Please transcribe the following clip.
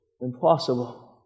impossible